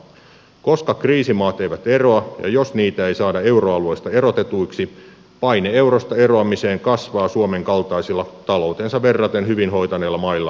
koska kriisimaat eivät eroa ja jos niitä ei saada euroalueesta erotetuiksi paine eurosta eroamiseen kasvaa suomen kaltaisilla taloutensa verraten hyvin hoitaneilla mailla koko ajan